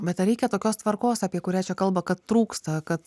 bet ar reikia tokios tvarkos apie kurią čia kalba kad trūksta kad